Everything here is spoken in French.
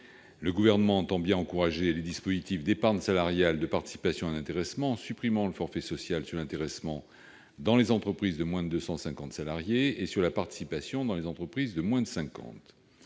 Le Gouvernement entend bien encourager les dispositifs d'épargne salariale, de participation et d'intéressement, en supprimant le forfait social sur l'intéressement dans les entreprises de moins de 250 salariés et sur la participation dans celles de moins de 50